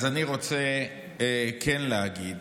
אני רוצה כן לדבר